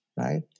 right